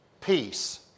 Peace